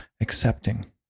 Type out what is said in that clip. Accepting